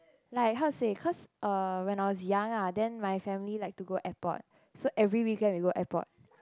like how to say cause err when I was young ah then my family like to go airport so every weekend we go airport